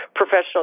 professional